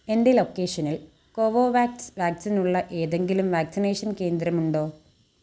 എൻ്റെ ലൊക്കേഷനിൽ കോവോവാക്സ് വാക്സിനുള്ള ഏതെങ്കിലും വാക്സിനേഷൻ കേന്ദ്രമുണ്ടോ